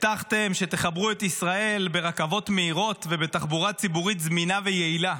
הבטחתם שתחברו את ישראל ברכבות מהירות ובתחבורה ציבורית זמינה ויעילה.